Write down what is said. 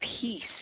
peace